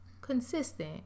consistent